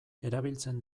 erabiltzen